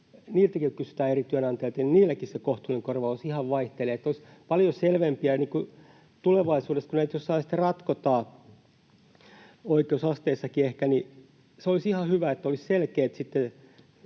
Ja kun eri työnantajilta kysytään, niilläkin se ”kohtuullinen korvaus” ihan vaihtelee. Olisi paljon selvempää tulevaisuudessa, kun näitä jossain sitten ratkotaan — oikeusasteissakin ehkä — että olisi selkeät